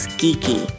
geeky